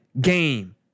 game